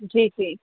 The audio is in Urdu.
جی ٹھیک